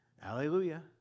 Hallelujah